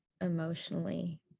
emotionally